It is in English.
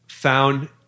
found